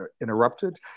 interrupted